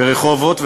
ברחובות,